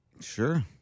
Sure